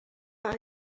but